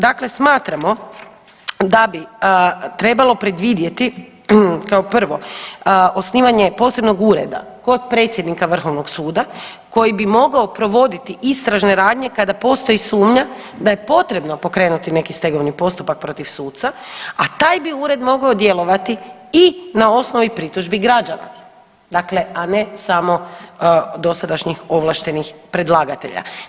Dakle, smatramo da bi trebalo predvidjeti kao prvo osnivanje posebnog ureda kod predsjednika vrhovnog suda koji bi mogao provoditi istražne radnje kada postoji sumnja da je potrebno pokrenuti neki stegovni postupak protiv suca, a taj bi ured mogao djelovati i na osnovi pritužbi građana, dakle a ne samo dosadašnjih ovlaštenih predlagatelja.